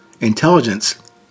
intelligence